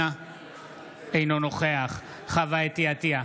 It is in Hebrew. אינו נוכח חוה אתי עטייה,